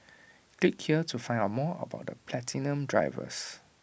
click here to find out more about the platinum drivers